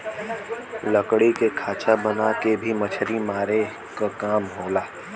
लकड़ी के खांचा बना के भी मछरी मारे क काम होला